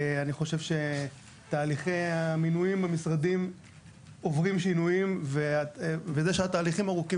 אני חושב שתהליכי המינויים המשרדיים עוברים שינויים וזה שהתהליכים ארוכים